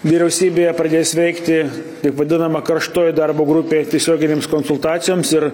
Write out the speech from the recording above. vyriausybėje pradės veikti taip vadinama karštoji darbo grupė tiesioginėms konsultacijoms ir